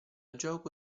gioco